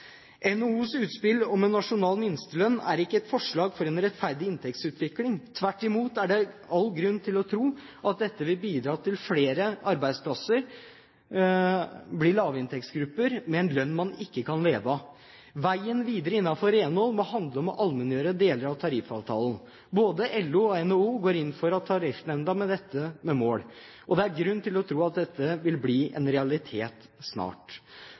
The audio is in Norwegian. NHOs utspill om en nasjonal minstelønn er ikke et forslag for en rettferdig inntektsutvikling. Tvert imot er det all grunn til å tro at dette vil bidra til flere arbeidsplasser med en lønn man ikke kan leve av. Veien videre innenfor renhold må handle om å allmenngjøre deler av tariffavtalen. Både LO og NHO går inn i tariffnemnda med det som mål, og det er grunn til å tro at dette vil bli en realitet snart.